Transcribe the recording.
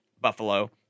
Buffalo